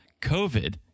COVID